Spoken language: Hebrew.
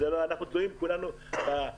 אנחנו תלויים בתיירים,